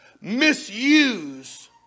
misuse